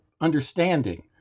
understanding